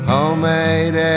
Homemade